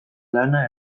lana